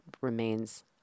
remains